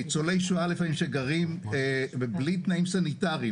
ניצולי שואה לפעמים שגרים בלי תנאים סניטריים.